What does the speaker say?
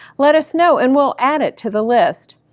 let us know and we'll add it to the list.